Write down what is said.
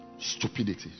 Stupidity